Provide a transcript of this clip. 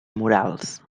murals